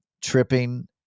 tripping